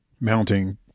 mounting